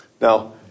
Now